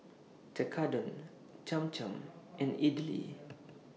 Tekkadon Cham Cham and Idili